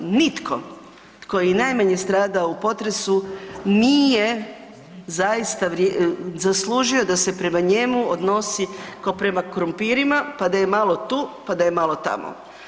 Nitko tko je i najmanje stradao u potresu, nije zaista zaslužio da se prema njemu odnosi ko prema krumpirima pa da je malo tu, pa da je malo tamo.